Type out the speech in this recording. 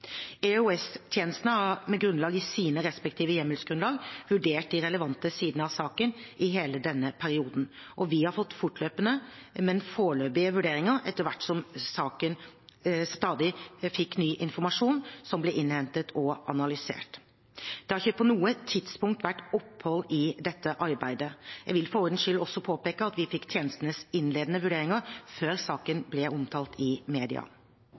har med grunnlag i sine respektive hjemmelsgrunnlag vurdert de relevante sidene av saken i hele denne perioden, og vi har fått fortløpende, men foreløpige vurderinger etter hvert som saken stadig fikk ny informasjon som ble innhentet og analysert. Det har ikke på noe tidspunkt vært opphold i dette arbeidet. Jeg vil for ordens skyld også påpeke at vi fikk tjenestenes innledende vurderinger før saken ble omtalt i